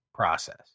process